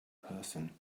person